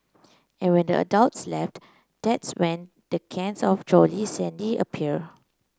and when the adults left that's when the cans of Jolly Shandy appear